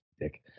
Dick